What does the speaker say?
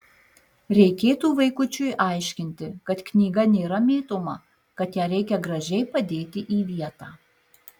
reikėtų vaikučiui aiškinti kad knyga nėra mėtoma kad ją reikia gražiai padėti į vietą